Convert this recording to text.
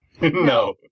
No